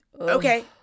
Okay